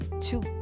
two